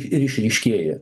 ir išryškėja